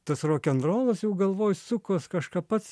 tas rokenrolas jau galvoj sukos kažką pats